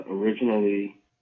Originally